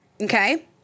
Okay